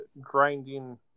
grinding